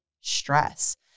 stress